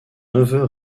neveu